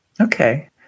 Okay